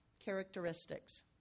characteristics